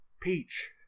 Peach